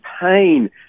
pain